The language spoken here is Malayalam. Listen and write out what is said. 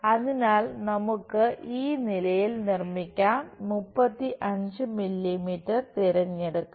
അതിനാൽ നമുക്ക് ഈ നിലയിൽ നിർമ്മിക്കാം 35 മില്ലീമീറ്റർ തിരഞ്ഞെടുക്കുക